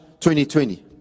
2020